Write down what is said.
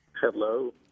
Hello